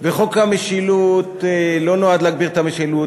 וחוק המשילות לא נועד להגביר את המשילות